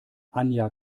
anja